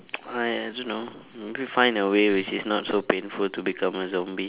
I I don't know maybe find a way which is not so painful to become a zombie